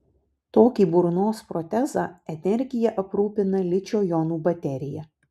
tokį burnos protezą energija aprūpina ličio jonų baterija